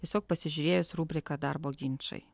tiesiog pasižiūrėjus rubriką darbo ginčai